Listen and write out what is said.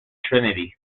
trinity